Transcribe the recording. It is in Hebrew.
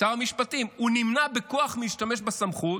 שר המשפטים: הוא נמנע בכוח מלהשתמש בסמכות,